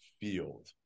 FIELD